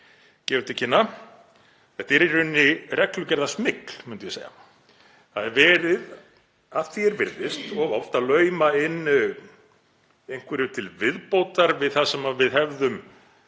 gefur til kynna. Þetta er í rauninni reglugerðasmygl, myndi ég segja. Það er verið, að því er virðist, of oft að lauma inn einhverju til viðbótar við það sem við hefðum